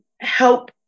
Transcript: help